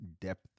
depth